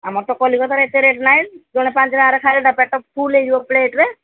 ଆମର ତ କଲିକତାରେ ଏତେ ରେଟ୍ ନାହିଁ ଜଣେ ପାଞ୍ଚଟଙ୍କାରେ ଖାଇଲେ ତା ପେଟ ଫୁଲ୍ ହୋଇଯିବ ପ୍ଲେଟ୍ରେ